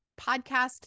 podcast